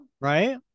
Right